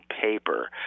Paper